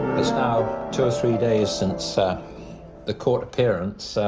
now two or three days since ah the court appearance.